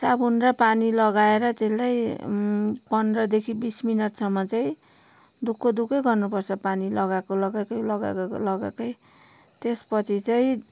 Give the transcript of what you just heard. साबुन र पानी लगाएर त्यसलाई पन्द्रदेखि बिस मिनटसम्म चाहिँ धोएको धोएकै गर्नुपर्छ पानी लगाएको लगाएकै लगाएको लगाएकै त्यसपछि चाहिँ